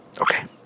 Okay